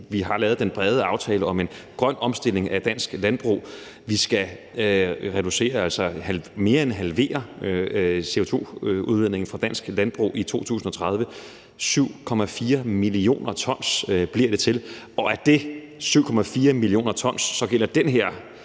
Vi har lavet den brede aftale om en grøn omstilling af dansk landbrug. Vi skal mere end have halveret CO2-udledningen fra dansk landbrug i 2030. 7,4 mio. t bliver det til, og af de 7,4 mio. t udgør det her